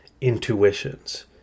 intuitions